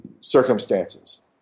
circumstances